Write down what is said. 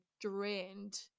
drained